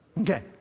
Okay